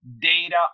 data